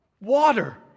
Water